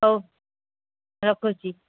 ହଉ ରଖୁଛି